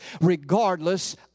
regardless